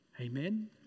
Amen